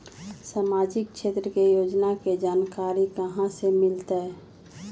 सामाजिक क्षेत्र के योजना के जानकारी कहाँ से मिलतै?